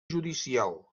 judicial